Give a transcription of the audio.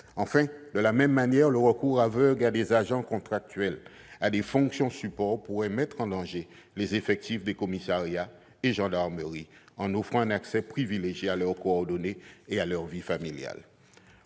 agents. De la même manière, le recours aveugle à des agents contractuels à des fonctions support pourrait mettre en danger les effectifs des commissariats et gendarmerie, en offrant un accès privilégié à leurs coordonnées et à leur vie familiale.